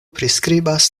priskribas